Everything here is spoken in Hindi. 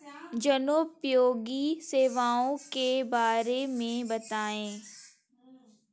जनोपयोगी सेवाओं के बारे में बताएँ?